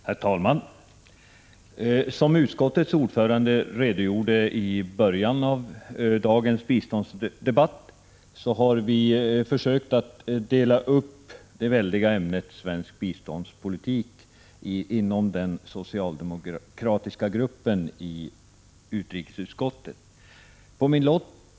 Herr talman! Som utskottets ordförande redogjorde för i början av dagens biståndsdebatt har vi försökt dela upp det väldiga ämnet svensk biståndspolitik inom den socialdemokratiska gruppen i utrikesutskottet.